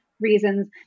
reasons